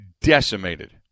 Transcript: decimated